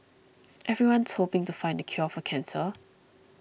everyone's hoping to find the cure for cancer